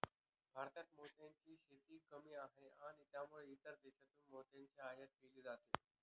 भारतात मोत्यांची शेती कमी आहे आणि त्यामुळे इतर देशांतून मोत्यांची आयात केली जाते